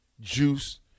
juice